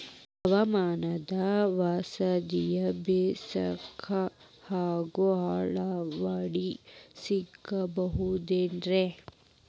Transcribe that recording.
ಹವಾಮಾನದ ವರದಿಯನ್ನ ಬೇಸಾಯಕ್ಕ ಹ್ಯಾಂಗ ಅಳವಡಿಸಿಕೊಳ್ಳಬಹುದು ರೇ?